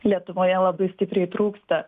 lietuvoje labai stipriai trūksta